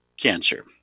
cancer